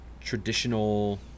traditional